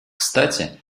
кстати